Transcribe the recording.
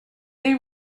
they